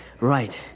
Right